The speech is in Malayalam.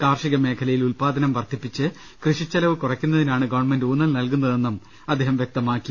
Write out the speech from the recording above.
കാർഷിക മേഖലയിൽ ഉല്പാ ദനം വർദ്ധിപ്പിച്ച് കൃഷി ചെലവ് കുറയ്ക്കുന്നതിനാണ് ഗവൺമെന്റ് ഊന്നൽ നൽകുന്നതെന്നും അദ്ദേഹം വൃക്തമാക്കി